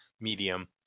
medium